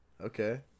Okay